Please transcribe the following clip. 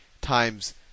times